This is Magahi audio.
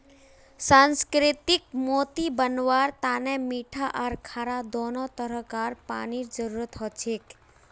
सुसंस्कृत मोती बनव्वार तने मीठा आर खारा दोनों तरह कार पानीर जरुरत हछेक